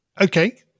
Okay